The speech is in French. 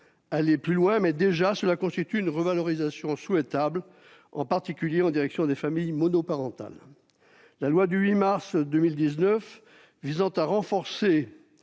aller plus loin, mais cela constitue déjà une revalorisation souhaitable, en particulier en direction des familles monoparentales. La loi du 8 mars 2019 visant à renforcer